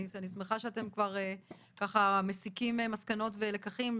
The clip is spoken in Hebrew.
אני שמחה שאתם ככה כבר מסיקים מסקנות ולקחים,